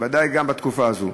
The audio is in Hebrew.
ודאי גם בתקופה הזאת,